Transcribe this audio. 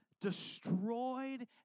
destroyed